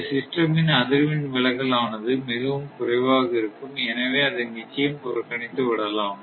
இந்த சிஸ்டம் இன் அதிர்வெண் விலகல் ஆனது மிகவும் குறைவாக இருக்கும் எனவே அதை நிச்சயம் புறக்கணித்து விடலாம்